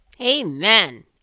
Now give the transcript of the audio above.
Amen